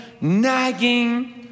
nagging